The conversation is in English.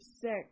six